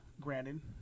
granted